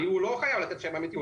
לי הוא לא חייב לתת שם אמיתי,